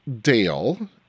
Dale